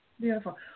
Beautiful